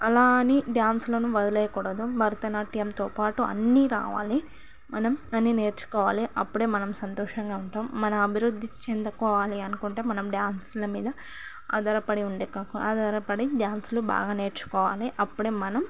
అలా అని డ్యాన్సులను వదిలేయకూడదు భరతనాట్యంతో పాటు అన్ని రావాలి మనం అన్ని నేర్చుకోవాలి అప్పుడే మనం సంతోషంగా ఉంటాం మన అభివృద్ధి చెందుకోవాలి అనుకుంటే మనం డాన్సుల మీద ఆధారపడి ఉండక ఆధారపడి డ్యాన్స్లు బాలా నేర్చుకోవాలి అప్పుడే మనం